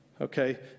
okay